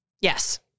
Yes